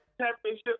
championship